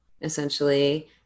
essentially